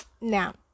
now